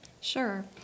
Sure